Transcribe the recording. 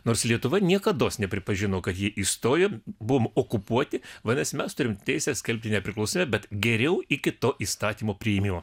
nors lietuva niekados nepripažino kad ji įstojo buvom okupuoti vadinasi mes turim teisę skelbti nepriklausomybę bet geriau iki to įstatymo priėmimo